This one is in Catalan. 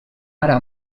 ara